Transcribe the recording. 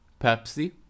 Pepsi